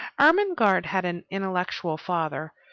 ermengarde had an intellectual father,